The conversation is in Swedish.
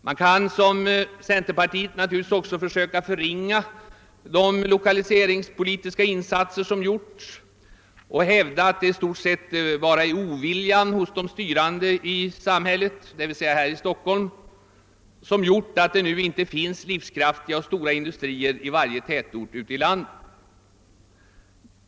Man kan såsom centerpartiet gör naturligtvis också försöka förringa de 1okaliseringspolitiska insatser som gjorts och hävda att det i stort sett bara är oviljan hos de styrande i samhället, d.v.s. här i Stockholm, som gjort att det nu inte finns livskraftiga och stora industrier i varje tätort ute i landet.